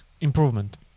improvement